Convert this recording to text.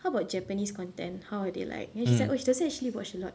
how about japanese content how are they like then she's oh she doesn't actually watch a lot